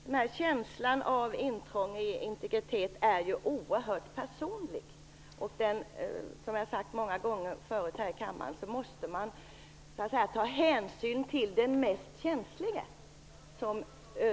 Fru talman! Känslan av intrång i integriteten är ju oerhört personlig. Som jag många gånger tidigare har sagt här i kammaren måste man ta hänsyn till den mest känslige.